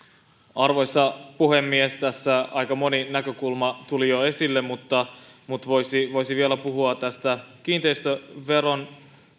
arvoisa puhemies tässä aika moni näkökulma tuli jo esille mutta mutta voisi voisi vielä puhua tästä kiinteistöveron